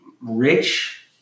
rich